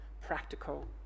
practical